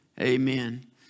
amen